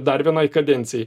dar vienai kadencijai